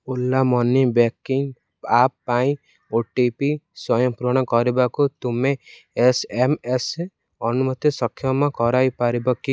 Ola money banking app ପାଇଁ O T P ସ୍ଵୟଂ ପୂରଣ କରିବାକୁ ତୁମେ ଏସ୍ ଏମ୍ ଏସ୍ ଅନୁମତି ସକ୍ଷମ କରାଇପାରିବ କି